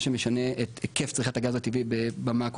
שמשנה את היקף צריכת הגז הטבעי במאקרו,